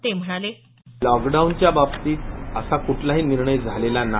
ते म्हणाले लॉकडाऊनच्या बाबतीत असा कुठलाही निर्णय झालेला नाही